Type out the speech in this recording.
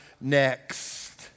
next